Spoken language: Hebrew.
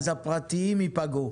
אז הפרטיים ייפגעו.